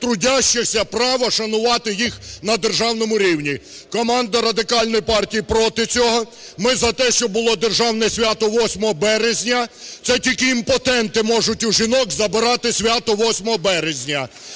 трудящих права шанувати їх на державному рівні. Команда Радикальної партії проти цього. Ми за те, щоб було державне свято 8 березня, це тільки імпотенти можуть у жінок забирати свято 8 березні.